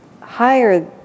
higher